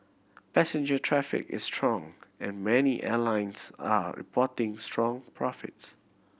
passenger traffic is strong and many airlines are reporting strong profits